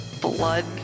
blood